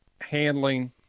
handling